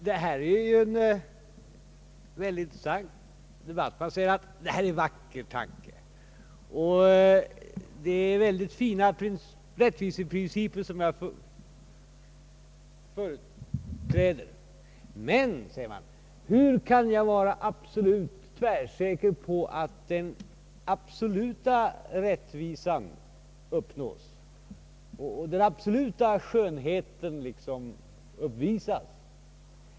Herr talman! Detta är en mycket intressant debatt. Man säger att det är en vacker tanke och att det är väldigt fina rättviseprinciper som jag företräder. Men, undrar man, hur kan jag vara tvärsäker på att den absoluta rättvisan och att den absoluta skönheten uppnås.